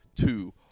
Two